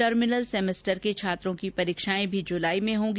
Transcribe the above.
terminal semester के छात्रों की परीक्षाएं भी जुलाई में होगी